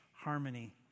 harmony